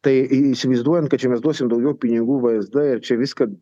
tai įsivaizduojant kad čia mes duosim daugiau pinigų vsd ir čia viską